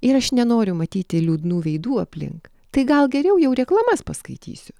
ir aš nenoriu matyti liūdnų veidų aplink tai gal geriau jau reklamas paskaitysiu